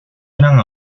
eran